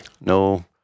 No